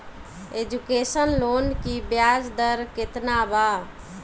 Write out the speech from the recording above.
Education loan की ब्याज दर केतना बा?